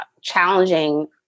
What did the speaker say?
challenging